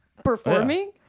Performing